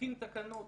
תתקין תקנות